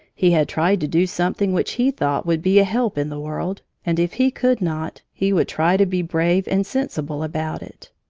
he had tried to do something which he thought would be a help in the world, and if he could not, he would try to be brave and sensible about it.